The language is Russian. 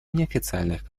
неофициальных